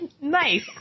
Nice